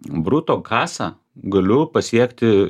bruto kasą galiu pasiekti